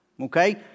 okay